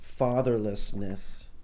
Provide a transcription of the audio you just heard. fatherlessness